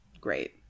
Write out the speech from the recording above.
great